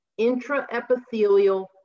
intraepithelial